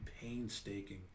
painstaking